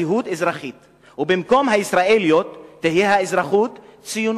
ובמקום הישראליות תהיה האזרחות ציונות.